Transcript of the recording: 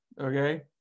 okay